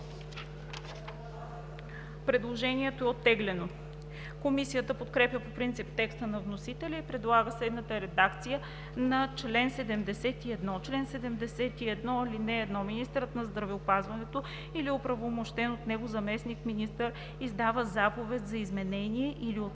Предложението е оттеглено. Комисията подкрепя по принцип текста на вносителя и предлага следната редакция на чл. 71: „Чл. 71. (1) Министърът на здравеопазването или оправомощен от него заместник-министър издава заповед за изменение или за